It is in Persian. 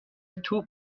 توپ